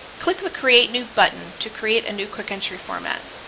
click the create new button to create a new quick entry format.